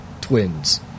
Twins